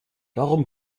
darum